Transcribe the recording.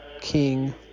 king